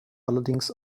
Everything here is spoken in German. allerdings